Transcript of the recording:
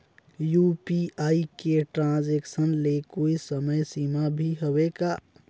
UPI के transaction ले कोई समय सीमा भी हवे का?